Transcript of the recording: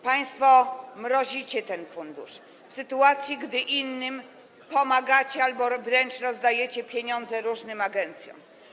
Państwo mrozicie ten fundusz w sytuacji, gdy innym pomagacie albo wręcz rozdajecie pieniądze różnym agencjom.